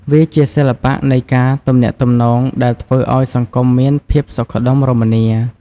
វាជាសិល្បៈនៃការទំនាក់ទំនងដែលធ្វើឲ្យសង្គមមានភាពសុខដុមរមនា។